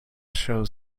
show